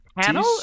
panel